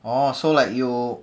orh so like you